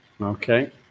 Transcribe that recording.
Okay